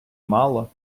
мало